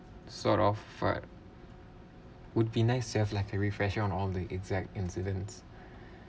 sort of fight would be nice to have like a refresher on all the exact incidents